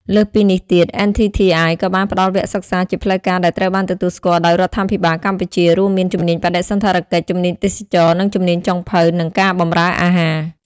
លើសពីនេះទៀត NTTI ក៏បានផ្តល់វគ្គសិក្សាជាផ្លូវការដែលត្រូវបានទទួលស្គាល់ដោយរដ្ឋាភិបាលកម្ពុជា រួមមាន ជំនាញបដិសណ្ឋារកិច្ច ជំនាញទេសចរណ៍ និងជំនាញចុងភៅ និងការបម្រើអាហារ។